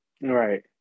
Right